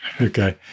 Okay